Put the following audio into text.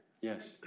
Yes